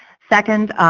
second,